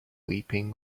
weeping